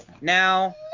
Now